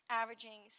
averaging